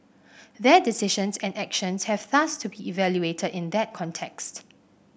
their decisions and actions have thus to be evaluated in that context